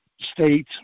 state